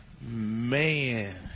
man